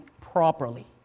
properly